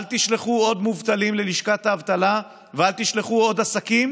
אל תשלחו עוד מובטלים ללשכת האבטלה ואל תשלחו עוד עסקים